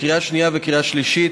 לקריאה השנייה ולקריאה השלישית.